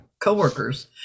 coworkers